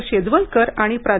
चिं शेजवलकर आणि प्रा